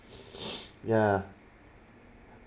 yeah